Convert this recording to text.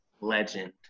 legend